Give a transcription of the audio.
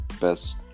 best